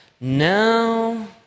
No